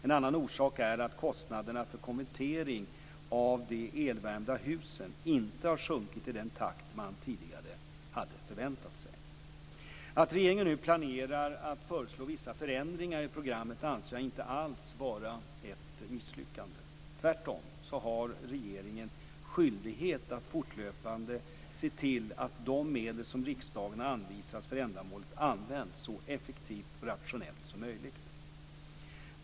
En annan orsak är att kostnaderna för konvertering av de elvärmda husen inte har sjunkit i den takt man tidigare hade förväntat sig. Att regeringen nu planerar att föreslå vissa förändringar i programmet anser jag inte alls vara ett misslyckande. Tvärtom har regeringen skyldighet att fortlöpande se till att de medel som riksdagen anvisat för ändamålet används så effektivt och rationellt som möjligt.